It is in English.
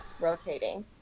rotating